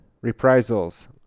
reprisals